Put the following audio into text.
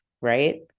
Right